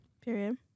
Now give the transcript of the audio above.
Period